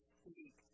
speak